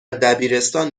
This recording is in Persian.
دبیرستان